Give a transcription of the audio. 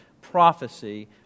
prophecy